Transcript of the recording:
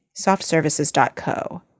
softservices.co